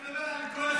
אני מדבר על ארגוני פשע,